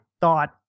thought